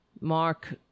Mark